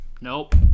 Nope